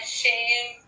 shame